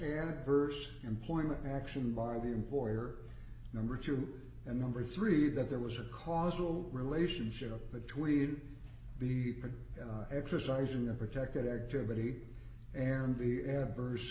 adverse employment action by the employer number two and number three that there was a causal relationship between the exercise in the protected activity and the adverse